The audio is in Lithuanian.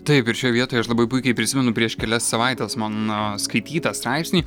taip ir šioje vietoje aš labai puikiai prisimenu prieš kelias savaites mano skaitytą straipsnį